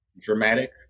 dramatic